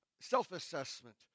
self-assessment